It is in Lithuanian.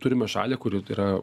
turime šalį kuri yra